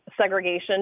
segregation